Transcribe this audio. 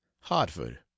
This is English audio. Hartford